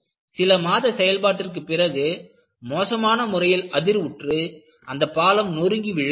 சில மாத செயல்பாட்டிற்கு பிறகு மோசமான முறையில் அதிர்வுற்று அந்தப் பாலம் நொறுங்கி விழுகிறது